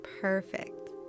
Perfect